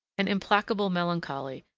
an implacable melancholy,